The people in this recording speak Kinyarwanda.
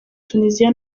tuniziya